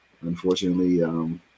unfortunately